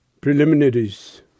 Preliminaries